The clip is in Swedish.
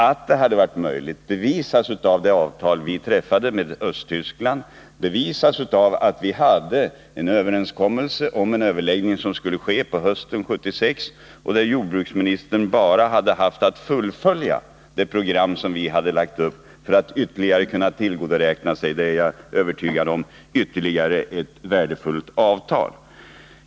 Att det hade varit möjligt bevisas av det avtal som vi träffade med Östtyskland och av att vi hade en överenskommelse om en överläggning, som skulle ske på hösten 1976. Jordbruksministern hade bara haft att fullfölja det program som vi lagt upp. Därmed hade han, därom är jag övertygad, kunnat tillgodoräkna sig ytterligare ett värdefullt avtal. Herr talman!